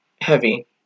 heavy